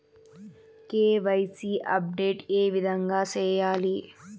KYC update ఏ విధంగా సేయాలి?